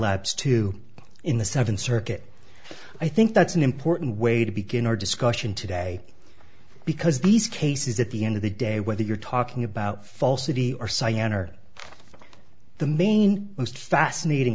abs to in the seventh circuit i think that's an important way to begin our discussion today because these cases at the end of the day whether you're talking about falsity or cyan or the main most fascinating